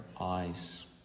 eyes